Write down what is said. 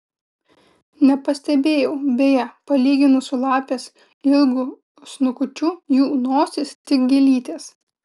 nepastebėjau beje palyginus su lapės ilgu snukučiu jų nosys tik gėlytės